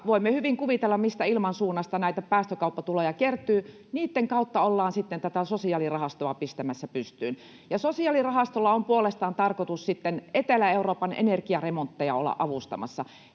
voimme hyvin kuvitella, mistä ilmansuunnasta näitä päästökauppatuloja kertyy — joiden kautta ollaan sitten tätä sosiaalirahastoa pistämässä pystyyn, ja sosiaalirahastolla on puolestaan tarkoitus sitten Etelä-Euroopan energiaremontteja olla avustamassa.